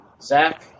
Zach